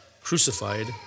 crucified